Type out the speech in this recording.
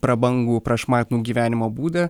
prabangų prašmatnų gyvenimo būdą